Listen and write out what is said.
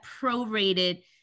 prorated